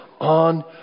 on